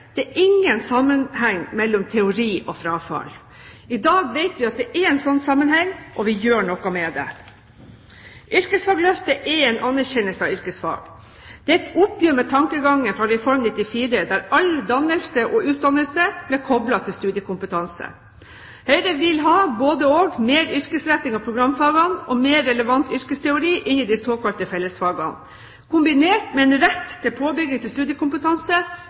Det er ingen sammenheng mellom teori og frafall. I dag vet vi at det er en slik sammenheng, og vi gjør noe med det. Yrkesfagløftet er en anerkjennelse av yrkesfag. Det er et oppgjør med tankegangen fra Reform 94, der all dannelse og utdannelse ble koblet til studiekompetanse. Høyre vil ha både–og – både mer yrkesretting i programfagene og mer relevant yrkesteori inn i de såkalte fellesfagene, kombinert med en rett til påbygging til studiekompetanse